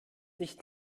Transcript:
nicht